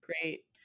great